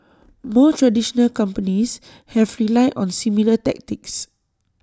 more traditional companies have relied on similar tactics